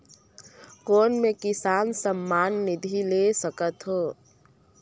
कौन मै किसान सम्मान निधि ले सकथौं?